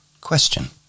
Question